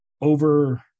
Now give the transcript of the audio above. over